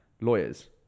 lawyers